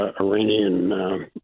Iranian